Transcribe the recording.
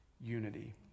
unity